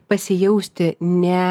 pasijausti ne